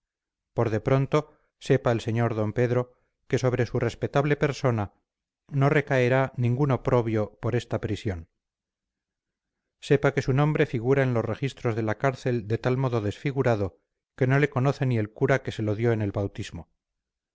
por de pronto sepa el sr d pedro que sobre su respetable persona no recaerá ningún oprobio por esta prisión sepa que su nombre figura en los registros de la cárcel de tal modo desfigurado que no le conoce ni el cura que se lo dio en el bautismo